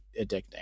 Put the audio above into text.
addicting